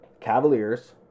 Cavaliers